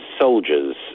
soldiers